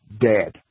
dead